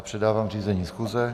Předávám řízení schůze.